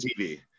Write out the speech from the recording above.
tv